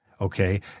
okay